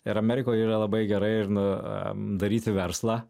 ir amerikoj yra labai gerai ir daryti verslą